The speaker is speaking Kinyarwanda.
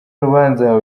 urubanza